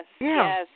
yes